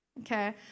Okay